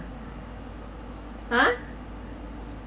ha